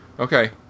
Okay